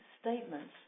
statements